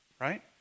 Right